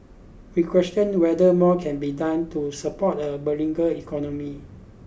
we question whether more can be done to support a beleaguered economy